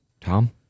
Tom